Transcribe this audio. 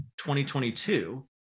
2022